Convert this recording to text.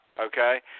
okay